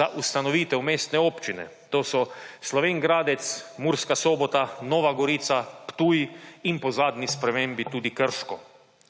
za ustanovitev mestne občine. To so Slovenj Gradec, Murska Sobota, Nova Gorica, Ptuj in po zadnji spremembi tudi Krško.